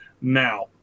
now